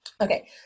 Okay